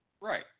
Right